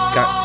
Got